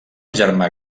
germà